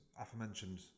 aforementioned